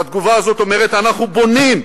והתגובה הזאת אומרת: אנחנו בונים.